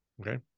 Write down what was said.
Okay